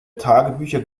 tagebücher